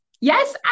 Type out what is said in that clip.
yes